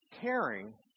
caring